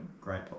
great